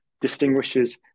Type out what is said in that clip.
distinguishes